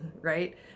right